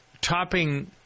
topping